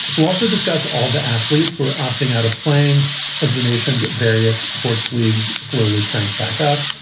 we'll also discuss all the athletes were opting out of playing as the nation's various sports leagues slowly cranked back up.